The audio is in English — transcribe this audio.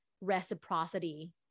reciprocity